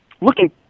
looking